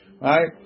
right